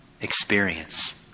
experience